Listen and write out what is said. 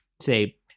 say